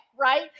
right